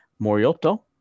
Morioto